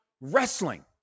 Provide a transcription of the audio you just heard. wrestling